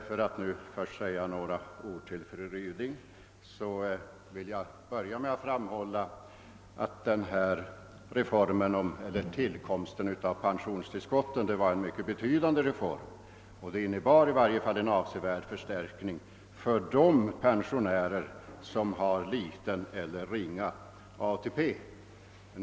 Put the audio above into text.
För att först säga några ord till fru Ryding vill jag börja med att framhålla att tillkomsten av pensionstillskotten var en mycket betydande reform som innebar en avsevärd förstärkning för de pensionärer som har liten eller ingen ATP.